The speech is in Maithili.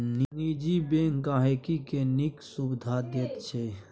निजी बैंक गांहिकी केँ नीक सुबिधा दैत छै